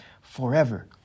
forever